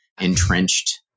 entrenched